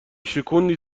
شکوندی